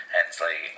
Hensley